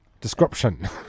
description